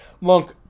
Monk